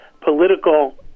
political